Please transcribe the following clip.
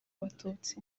abatutsi